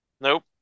Nope